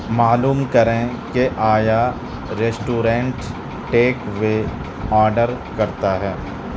معلوم کریں کہ آیا ریسٹورنٹ ٹیک وے آڈر کرتا ہے